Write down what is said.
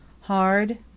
hard